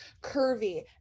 curvy